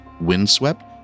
Windswept